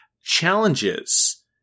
challenges